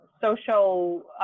social